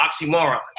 oxymoron